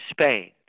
Spain